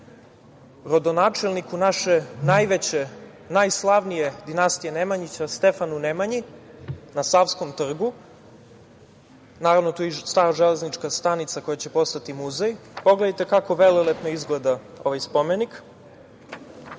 rodonačelniku naše najveće, najslavnije dinastije Nemanjića, Stefanu Nemanji na Savskom trgu. Naravno, tu je i stara železnička stanica, koja će postati muzej. Pogledajte kako velelepno izgleda ovaj